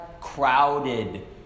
Crowded